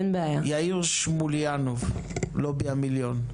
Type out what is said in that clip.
יאיר שמוליאנוב, לובי המיליון.